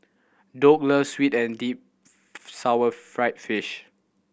Doug loves sweet and deep sour deep fried fish